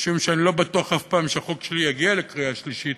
מפני שאני לא בטוח אף פעם שהחוק שלי יגיע לקריאה שלישית,